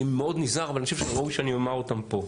מאוד נזהר אבל אני חושב שראוי שאני אומר אותם פה.